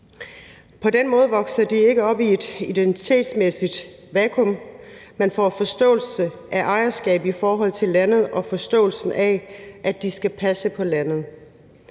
På den måde vokser de ikke op i et identitetsmæssigt vakuum, men får forståelse af ejerskab i forhold til landet og forståelsen af, at de skal passe på landet.